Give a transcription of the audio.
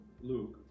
Luke